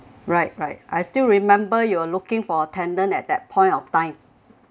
right right I still remember you're looking for attendant at that point of time